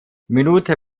minute